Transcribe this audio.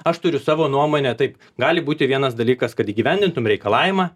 aš turiu savo nuomonę taip gali būti vienas dalykas kad įgyvendintume reikalavimą